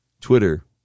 Twitter